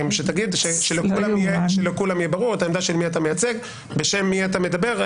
תגיד כדי שלכולם יהיה ברור את העמדה של מי אתה מייצג ובשם מי אתה מדבר.